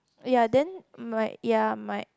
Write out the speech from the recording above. ya then my ya my